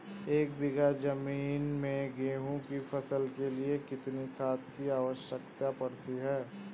एक बीघा ज़मीन में गेहूँ की फसल के लिए कितनी खाद की आवश्यकता पड़ती है?